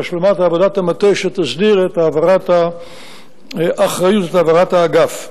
השלמת עבודת המטה שתסדיר את העברת האחריות לאגף.